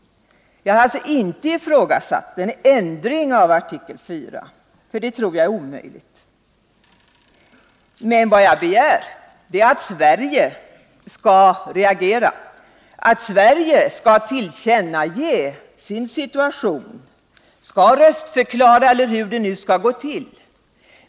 Jag har alltså inte ifrågasatt en ändring av artikel IV, för det tror jag är omöjligt att göra. Vad jag begär är att Sverige skall reagera, att Sverige skall tillkännage sin situation, skall avge en röstförklaring, eller hur det nu skall gå till.